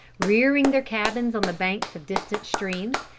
rearing their cabins on the banks of distant streams,